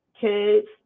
kids